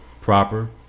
proper